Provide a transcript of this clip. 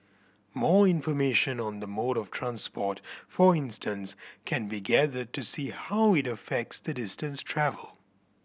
more information on the mode of transport for instance can be gathered to see how it affects the distance travelled